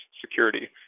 security